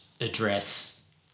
address